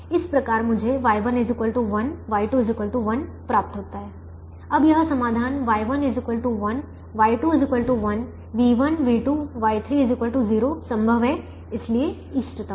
इस प्रकार मुझे Y1 1 Y2 1 प्राप्त होता है अब यह समाधान Y1 1 Y2 1 v1 v2 Y3 0 संभव है और इसलिए इष्टतम है